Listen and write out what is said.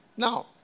Now